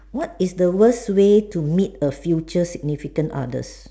what is the worst way to meet a future significant other